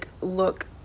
look